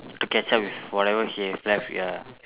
to catch up with whatever he have left ya